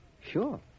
Sure